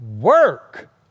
Work